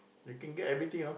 you can get everything know